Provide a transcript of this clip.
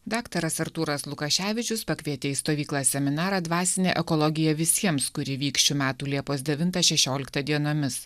daktaras artūras lukaševičius pakvietė į stovyklą seminarą dvasinė ekologija visiems kuri vyks šių metų liepos devintą šešioliktą dienomis